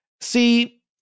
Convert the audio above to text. See